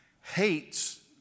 hates